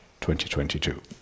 2022